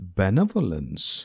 benevolence